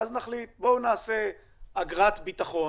ואז נחליט: בואו נעשה אגרת ביטחון